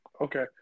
Okay